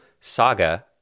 saga